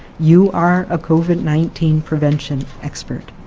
you are a covid nineteen prevention expert.